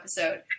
episode